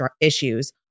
issues